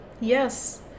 Yes